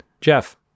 Jeff